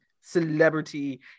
celebrity